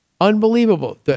unbelievable